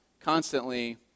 constantly